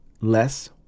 less